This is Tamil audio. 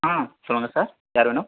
ஆ சொல்லுங்கள் சார் யார் வேணும்